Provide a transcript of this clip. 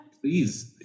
please